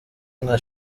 nka